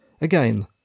Again